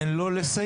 תן לו לסיים,